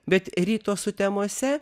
bet ryto sutemose